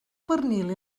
pernil